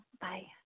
bye